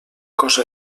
cosa